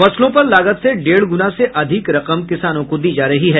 फसलों पर लागत से डेढ़ गुना से अधिक रकम किसानों को दी जा रही है